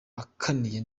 akiniye